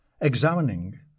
examining